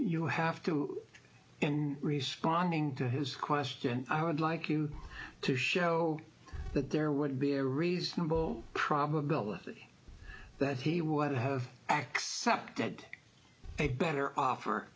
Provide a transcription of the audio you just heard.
you have to in responding to his question i would like you to show that there would be a reasonable probability that he would have accepted a better offer